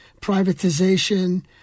privatization